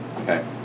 Okay